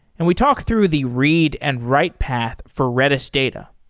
and we talked through the read and write path for redis data.